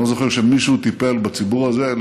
אני לא זוכר שמישהו טיפל בציבור הזה.